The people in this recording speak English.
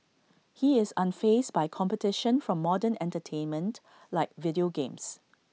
he is unfazed by competition from modern entertainment like video games